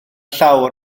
llawr